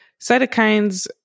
cytokines